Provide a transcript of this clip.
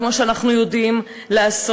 כמו שאנחנו יודעים לעשות.